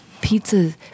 Pizza